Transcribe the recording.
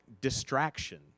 distraction